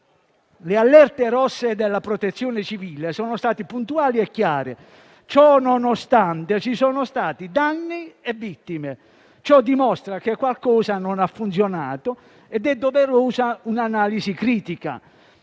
Le allerte rosse della Protezione civile sono stati puntuali e chiare; ciò nonostante ci sono stati danni e vittime. Ciò dimostra che qualcosa non ha funzionato ed è doverosa un'analisi critica.